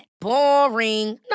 Boring